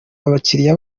abakiriya